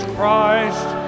Christ